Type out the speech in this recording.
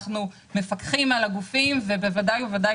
אנחנו מפקחים על הגופים ובוודאי ובוודאי